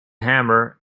hammer